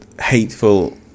hateful